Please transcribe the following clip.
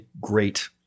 great